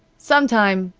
some time,